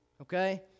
Okay